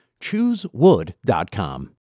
ChooseWood.com